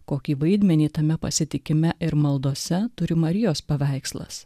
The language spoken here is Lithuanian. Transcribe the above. kokį vaidmenį tame pasitikime ir maldose turi marijos paveikslas